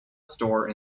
store